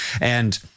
and-